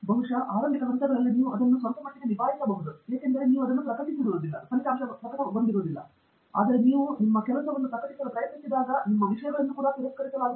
ಬಹುಶಃ ಆರಂಭಿಕ ಹಂತಗಳಲ್ಲಿ ನೀವು ಅದನ್ನು ಸ್ವಲ್ಪಮಟ್ಟಿಗೆ ನಿಭಾಯಿಸಬಹುದು ಏಕೆಂದರೆ ನೀವು ಅದನ್ನು ನಿಜವಾಗಿಯೂ ಪ್ರಕಟಿಸಲಿಲ್ಲ ಆದರೆ ನೀವು ಕೆಲಸವನ್ನು ಪ್ರಕಟಿಸಲು ಪ್ರಯತ್ನಿಸಿದಾಗ ಅಲ್ಲಿಯೂ ವಿಷಯಗಳನ್ನು ತಿರಸ್ಕರಿಸಲಾಗುತ್ತದೆ